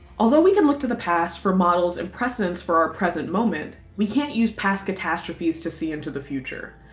although we can look to the past for models and precedents for our present moment, we can't use past catastrophes to see and the future.